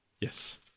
Yes